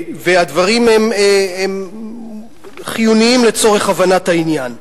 והדברים הם חיוניים לצורך הבנת העניין: